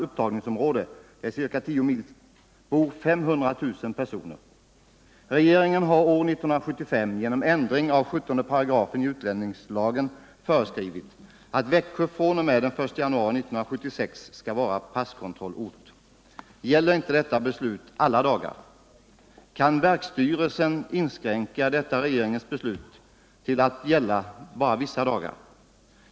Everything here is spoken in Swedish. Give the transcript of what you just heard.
Regeringen har år 1975 med ändring av 17 § i utlänningslagen föreskrivit att Växjö fr.o.m. den 1 januari 1976 skall vara passkontrollort. Gäller inte detta beslut alla dagar? Kan verksstyrelsen inskränka detta regeringens beslut till att gälla bara vissa dagar?